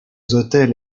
hôtels